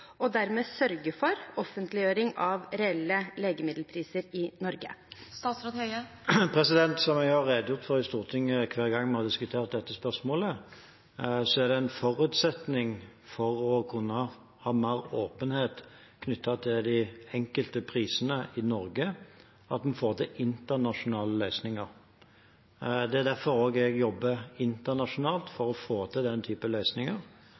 og dermed sørge for offentliggjøring av reelle legemiddelpriser i Norge? Som jeg har redegjort for i Stortinget hver gang vi har diskutert dette spørsmålet, er det en forutsetning for å kunne ha mer åpenhet knyttet til de enkelte prisene i Norge at en får til internasjonale løsninger. Det er også derfor jeg jobber internasjonalt for å få til den typen løsninger.